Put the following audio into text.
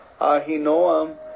Ahinoam